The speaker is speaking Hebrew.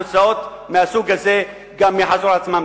תוצאות מהסוג הזה גם יחזרו על עצמן.